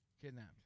kidnapped